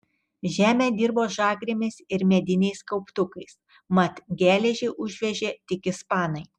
žemę dirbo žagrėmis ir mediniais kauptukais mat geležį užvežė tik ispanai